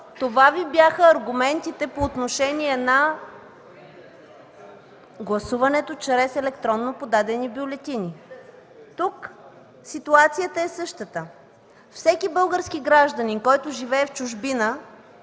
това Ви бяха аргументите по отношение на гласуването чрез електронно подадени бюлетини. Тук ситуацията е същата – всеки български гражданин, който живее в чужбина,